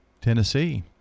Tennessee